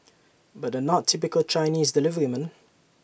but they're not typical Chinese deliverymen